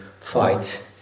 fight